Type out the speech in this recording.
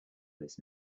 this